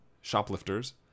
Shoplifters